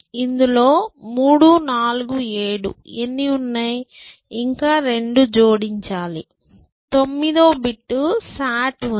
ఇందులో 3 4 7 ఎన్ని ఉన్నాయి ఇంకా 2 జోడించాలి 9 బిట్ SAT ఉంది